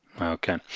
Okay